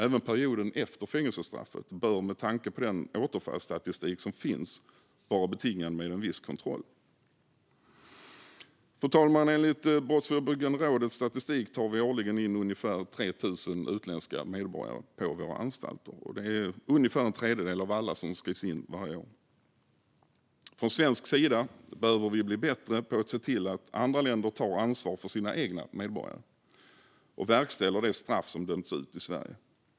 Även perioden efter fängelsestraffet bör med tanke på den återfallsstatistik som finns vara förknippad med en viss kontroll. Fru talman! Enligt Brottsförebyggande rådets statistik tar vi årligen in ungefär 3 000 utländska medborgare på våra anstalter. Det är ungefär en tredjedel av alla som skrivs in varje år. Från svensk sida behöver vi bli bättre på att se till att andra länder tar ansvar för sina egna medborgare och verkställer de straff som dömts ut i Sverige.